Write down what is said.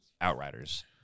outriders